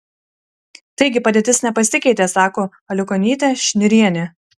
taigi padėtis nepasikeitė sako aliukonytė šnirienė